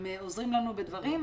הם עוזרים לנו בדברים,